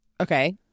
Okay